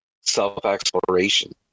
self-exploration